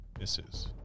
misses